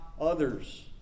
others